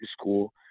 school